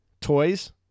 toys